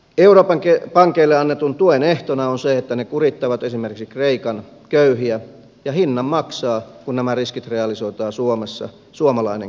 euroopan pankeille annetun tuen ehtona on se että ne kurittavat esimerkiksi kreikan köyhiä ja hinnan maksaa kun nämä riskit realisoidaan suomessa suomalainen köyhä